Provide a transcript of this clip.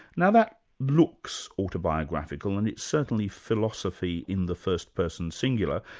now that looks autobiographical and it's certainly philosophy in the first person singular,